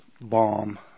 bomb